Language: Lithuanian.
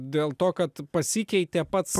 dėl to kad pasikeitė pats